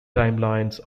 timelines